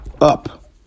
up